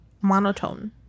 monotone